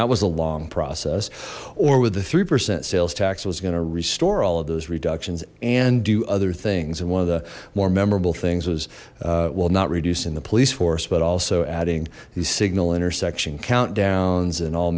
that was a long process or with the three percent sales tax was going to restore all of those reductions and do other things and one of the more memorable things was well not reducing the police force but also adding the signal intersection countdowns and all